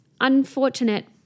unfortunate